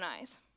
eyes